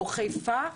או חיפה,